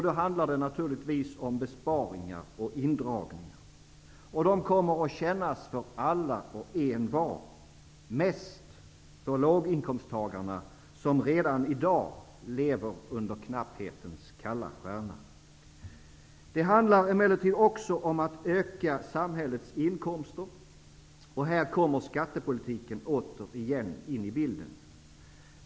Då handlar det naturligtvis om besparingar och indragningar. De kommer att kännas för alla och envar, mest för låginkomsttagarna som redan i dag lever under knapphetens kalla stjärna. Det handlar emellertid också om att öka samhällets inkomster. Här kommer skattepolitiken åter in i bilden.